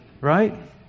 right